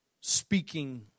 speaking